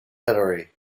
hillary